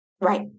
Right